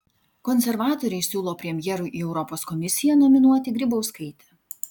konservatoriai siūlo premjerui į europos komisiją nominuoti grybauskaitę